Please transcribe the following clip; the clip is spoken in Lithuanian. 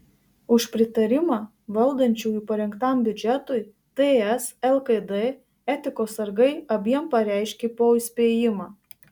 už pritarimą valdančiųjų parengtam biudžetui ts lkd etikos sargai abiem pareiškė po įspėjimą